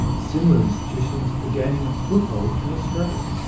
similar institutions are gaining a foothold in australia.